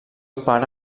pare